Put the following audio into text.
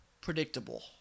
predictable